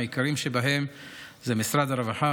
העיקריים שבהם הם משרד הרווחה,